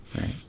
right